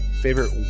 Favorite